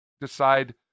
decide